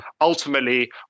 ultimately